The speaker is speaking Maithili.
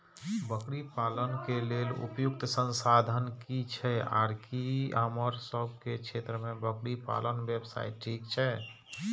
बकरी पालन के लेल उपयुक्त संसाधन की छै आर की हमर सब के क्षेत्र में बकरी पालन व्यवसाय ठीक छै?